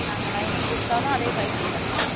நாங்கள் லைனிங் கொடுத்தாலும் அதே ஃபைவ் ஹண்ட்ரட்டா